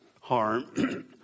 Harm